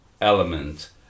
element